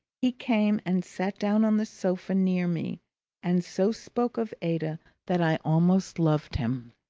he came and sat down on the sofa near me and so spoke of ada that i almost loved him.